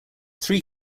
three